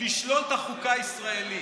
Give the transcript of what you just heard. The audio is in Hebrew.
לשלול את החוקה הישראלית,